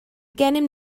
gennym